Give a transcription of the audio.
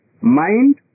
mind